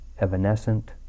evanescent